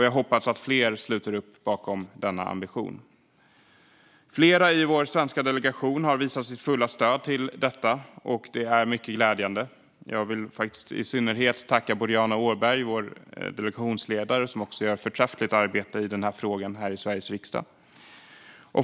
Jag hoppas att fler sluter upp bakom denna ambition. Flera i vår svenska delegation har visat sitt fulla stöd för detta, och det är mycket glädjande. Jag vill faktiskt i synnerhet tacka Boriana Åberg, vår delegationsledare, som också gör ett förträffligt arbete i den här frågan här i Sveriges riksdag.